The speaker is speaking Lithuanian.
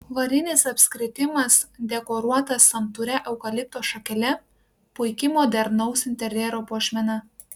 varinis apskritimas dekoruotas santūria eukalipto šakele puiki modernaus interjero puošmena